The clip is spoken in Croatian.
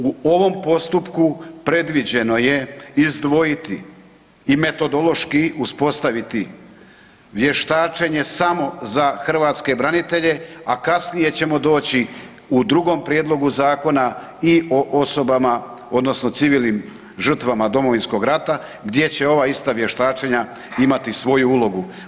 U ovom postupku predviđeno je izdvojiti i metodološki uspostaviti vještačenje samo za hrvatske branitelje, a kasnije ćemo doći u drugom prijedlogu zakona i o osobama, odnosno civilnim žrtvama Domovinskog rata gdje će ova ista vještačenja imati svoju ulogu.